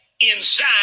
inside